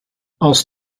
als